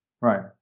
Right